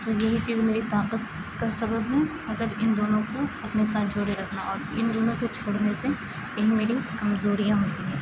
تو یہی چیز میری طاقت کا سبب ہے مطلب ان دونوں کو اپنے ساتھ جوڑے رکھنا اور ان دونوں کو چھوڑنے سے یہی میری کمزوریاں ہوتی ہیں